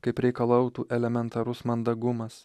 kaip reikalautų elementarus mandagumas